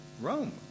Rome